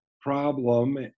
problem